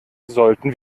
sollten